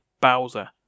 Bowser